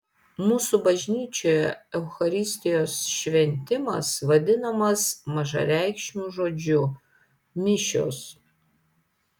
mūsų bažnyčioje eucharistijos šventimas vadinamas mažareikšmiu žodžiu mišios